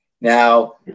Now